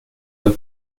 والت